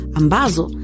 ambazo